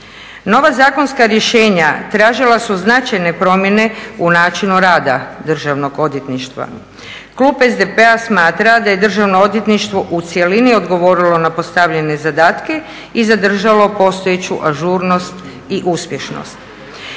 Nova zakonska rješenja tražila su značajne promjene u načinu rada Državnog odvjetništva. Klub SDP-a smatra da je Državno odvjetništvo u cjelini odgovorilo na postavljene zadatke i zadržalo postojeću ažurnost i uspješnost.